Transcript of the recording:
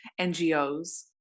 NGOs